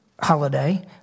holiday